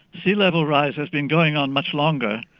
sea level rise has been going on much longer,